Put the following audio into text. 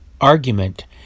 argument